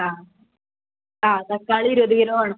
ആ ആ തക്കാളി ഇരുപത് കിലോ വേണം